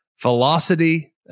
velocity